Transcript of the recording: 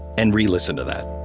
and relisten to that